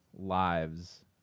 lives